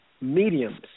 mediums